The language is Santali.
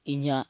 ᱤᱧᱟᱹᱜ